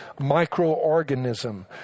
microorganism